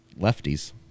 lefties